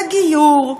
לגיור,